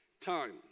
time